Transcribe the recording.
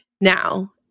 Now